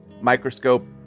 microscope